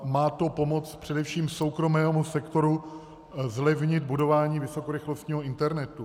Má to pomoci především soukromému sektoru zlevnit budování vysokorychlostního internetu.